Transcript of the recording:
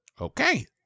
Okay